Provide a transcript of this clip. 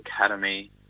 Academy